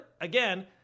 again